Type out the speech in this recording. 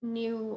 new